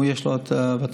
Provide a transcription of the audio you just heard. יש לו את הוותמ"לים,